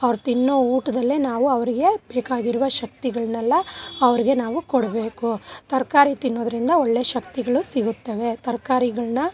ಅವ್ರು ತಿನ್ನೋ ಊಟದಲ್ಲೇ ನಾವು ಅವ್ರಿಗೆ ಬೇಕಾಗಿರುವ ಶಕ್ತಿಗಳ್ನೆಲ್ಲ ಅವ್ರಿಗೆ ನಾವು ಕೊಡಬೇಕು ತರಕಾರಿ ತಿನ್ನೋದ್ರಿಂದ ಒಳ್ಳೆ ಶಕ್ತಿಗಳು ಸಿಗುತ್ತವೆ ತರ್ಕಾರಿಗಳನ್ನ